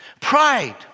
Pride